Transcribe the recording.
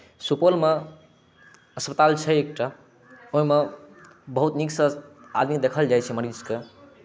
सुपौलमे अस्पताल छै एकटा ओहिमे बहुत नीकसँ आदमी देखल जाइ छै मरीजकेँ